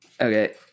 Okay